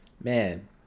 man